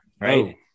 right